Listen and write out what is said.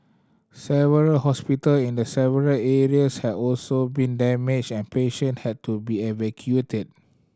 several hospital in the several areas have also been damaged and patient had to be evacuated